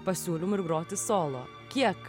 pasiūlymų ir groti solo kiek